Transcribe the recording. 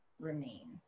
remain